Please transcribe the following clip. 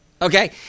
Okay